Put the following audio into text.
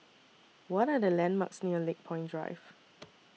What Are The landmarks near Lakepoint Drive